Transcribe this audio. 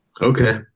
Okay